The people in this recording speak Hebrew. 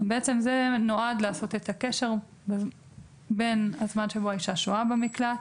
זה נועד לעשות את הקשר בין הזמן שבו האישה שוהה במקלט